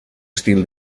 estil